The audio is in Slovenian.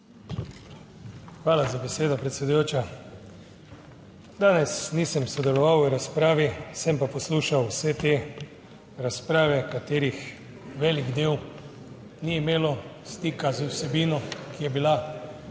Hvala za besedo, predsedujoča. Danes nisem sodeloval v razpravi, sem pa poslušal vse te razprave, katerih velik del ni imelo stika z vsebino, ki je bila ministru